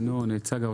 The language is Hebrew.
ינון, צגה?